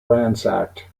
ransacked